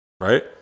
right